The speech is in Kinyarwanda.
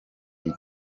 gihe